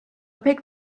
pek